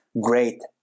great